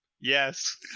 yes